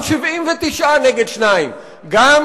גם אם יש בכנסת 59 נגד שניים בעד הסכם שלום,